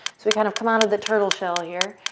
so we kind of come out of the turtle shell here.